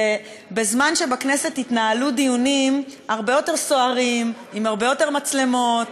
בזמן שבכנסת התנהלו דיונים הרבה יותר סוערים עם הרבה יותר מצלמות,